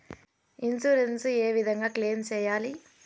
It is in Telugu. ఇన్సూరెన్సు ఏ విధంగా క్లెయిమ్ సేయాలి?